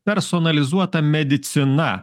personalizuota medicina